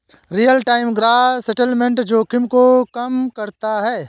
real time gross settlement जोखिम को कम करता है